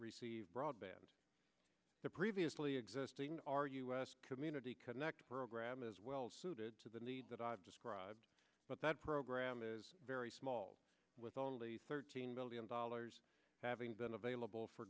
receive broadband the previously existing r us community connect program is well suited to the needs that i've described but that program is very small with only thirteen billion dollars having been available for